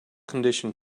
condition